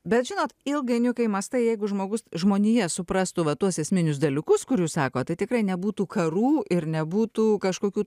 bet žinot ilgainiui kai mąstai jeigu žmogus žmonija suprastų va tuos esminius dalykus kur jūs sakot tai tikrai nebūtų karų ir nebūtų kažkokių